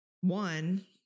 one